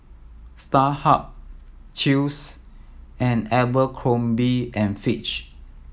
Starhub Chew's and Abercrombie and Fitch